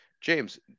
James